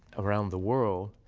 around the world,